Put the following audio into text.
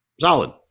solid